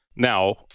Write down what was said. Now